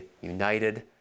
united